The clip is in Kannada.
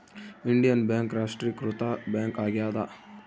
ಇಂಡಿಯನ್ ಬ್ಯಾಂಕ್ ರಾಷ್ಟ್ರೀಕೃತ ಬ್ಯಾಂಕ್ ಆಗ್ಯಾದ